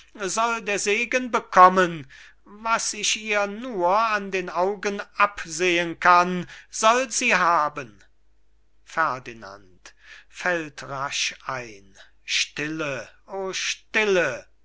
der segen bekommen was ich ihr nur an den augen absehen kann soll sie haben ferdinand fällt rasch ein stille o stille miller